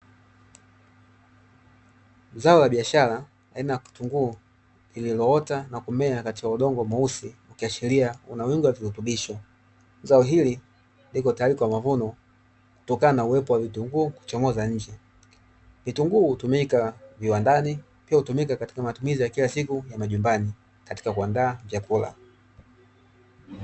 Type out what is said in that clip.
Zao la biashara aina ya kitunguu, lililoota na kumea katika udongo mweusi, ukiashiria una wingi wa virutubisho. Zao hili lipo tayari kwa mavuno kutokana na uwepo wa vitunguu kuchomoza nje. Vitunguu hutumika viwandani, pia hutumika katika matumizi ya kila siku ya nyumbani katika kuandaa vyakula.